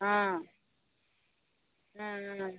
ஆ ம் ம்